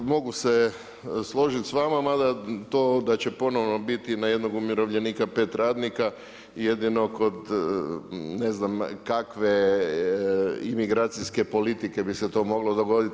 Da, mogu se složiti s vama, mada to da će ponovo biti na jednog umirovljenika pet radnika jedino kod ne znam kakve imigracijske politike bi se to moglo dogoditi.